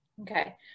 Okay